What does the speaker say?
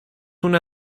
una